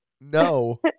No